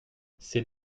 c’est